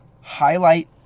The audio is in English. highlight